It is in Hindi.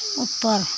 ऊपर